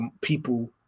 people